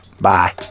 Bye